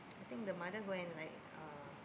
I think the mother go and like uh